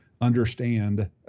understand